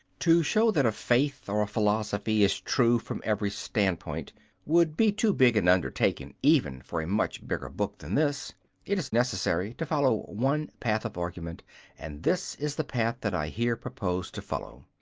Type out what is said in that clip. to show that a faith or a philosophy is true from every standpoint would be too big an undertaking even for a much bigger book than this it is necessary to follow one path of argument and this is the path that i here propose to follow.